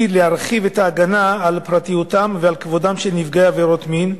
היא להרחיב את ההגנה על פרטיותם ועל כבודם של נפגעי עבירות מין,